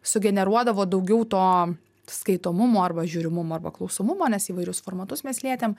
sugeneruodavo daugiau to skaitomumo arba žiūrimumo arba klausomumo nes įvairius formatus mes lietėm